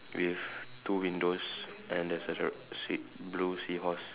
with two windows and there's a d~ sea blue seahorse